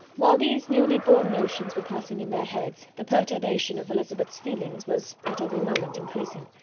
while these newly-born notions were passing in their heads, the perturbation of elizabeth's feelings was at every moment increasing.